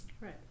Right